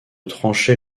trancher